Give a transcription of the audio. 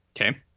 Okay